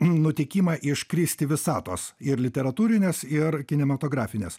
nutikimą iš kristi visatos ir literatūrinės ir kinematografinės